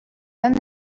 نظر